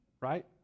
right